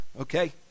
okay